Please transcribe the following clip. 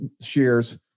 shares